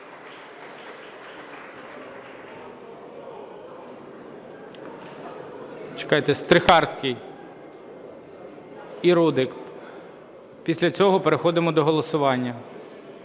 Після цього переходимо до голосування.